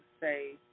say